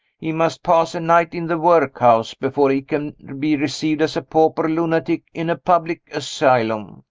he must pass a night in the workhouse before he can be received as a pauper lunatic in a public asylum.